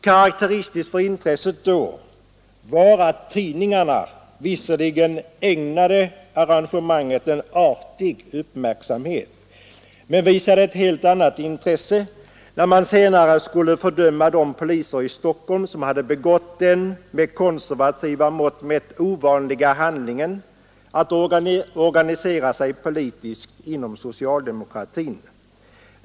Karakteristiskt för intresset då var att tidningarna visserligen ägnade arrangemanget en artig uppmärksamhet men visade ett helt annat intresse när man senare fördömde de poliser i Stockholm som begått den med konservativa mått mätt ovanliga handlingen att organisera sig politiskt inom socialdemokratin.